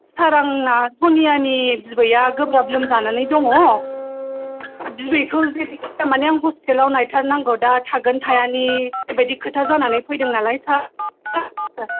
सार आंना सनियानि बिबैया गोब्राब लोमजानानै दङ दा बिबैखौ जेरैखि जाया माने आं हस्टेलाव लायथारनांगौ दा थांगोन थायानि ओरैबायदि खोथा जानानै फैदों नालाय सार दा